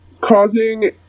causing